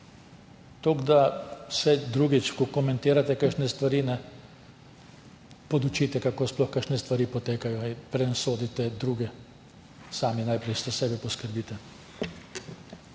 Toliko, da se drugič, ko komentirate kakšne stvari, podučite, kako sploh kakšne stvari potekajo. Preden sodite druge, sami najprej za sebe poskrbite.